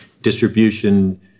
distribution